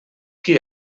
qui